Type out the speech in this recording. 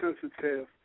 sensitive